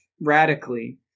radically